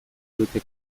dute